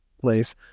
place